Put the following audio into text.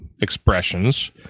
expressions